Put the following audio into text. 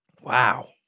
Wow